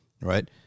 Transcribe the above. Right